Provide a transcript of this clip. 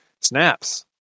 snaps